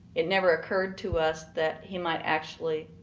it never occured to us that he might actually